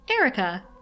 Erica